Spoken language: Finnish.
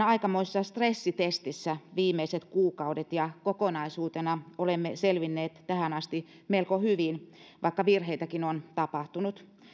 aikamoisessa stressitestissä viimeiset kuukaudet ja kokonaisuutena olemme selvinneet tähän asti melko hyvin vaikka virheitäkin on tapahtunut